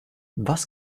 was